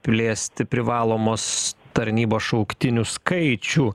plėsti privalomos tarnybos šauktinių skaičių